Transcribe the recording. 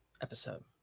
episode